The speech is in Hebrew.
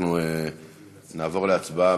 אנחנו נעבור להצבעה,